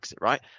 Right